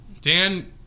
Dan